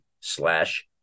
slash